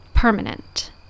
Permanent